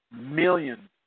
Millions